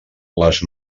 les